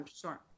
Sure